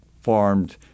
farmed